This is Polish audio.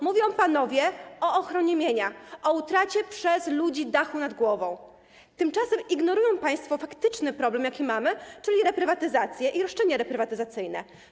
Mówią panowie o ochronie mienia, o utracie przez ludzi dachu nad głową, tymczasem ignorują państwo faktyczny problem, jaki mamy, czyli reprywatyzację i roszczenia reprywatyzacyjne.